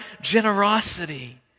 generosity